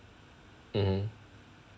mmhmm